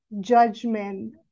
judgment